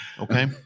okay